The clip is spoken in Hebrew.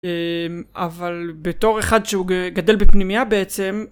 אבל בתור אחד שהוא גדל בפנימיה בעצם